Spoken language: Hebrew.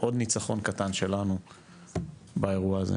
עוד ניצחון קטן שלנו באירוע הזה.